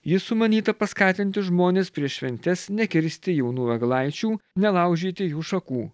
ji sumanyta paskatinti žmones prieš šventes nekirsti jaunų eglaičių nelaužyti jų šakų